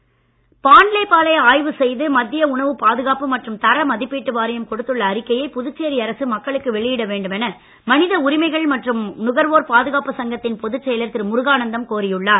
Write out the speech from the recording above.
பால் பாண்லே பாலை ஆய்வு செய்து மத்திய உணவு பாதுகாப்பு மற்றும் தர மதிப்பீட்டு வாரியம் கொடுத்துள்ள அறிக்கையை புதுச்சேரி அரசு மக்களுக்கு வெளியிட வேண்டும் என மனித உரிமைகள் மற்றும் நுகர்வோர் பாதுகாப்பு சங்கத்தின் பொதுச் செயலர் திரு முருகானந்தம் கோரி உள்ளார்